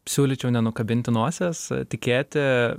siūlyčiau nenukabinti nosies tikėti